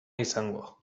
izango